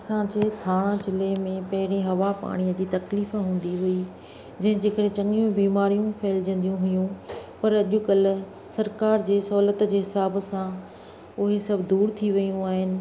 असांजे थाणा ज़िले में पहिरीं हवा पाणीअ जी तकलीफ़ु हूंदी हुई जंहिंजे करे चङियूं बीमारियूं फहिलिजंदियूं हुयूं पर अॼुकल्ह सरकार जे सहुलियत जे हिसाबु सां उहे सभु दूर थी वियूं आहिनि